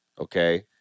okay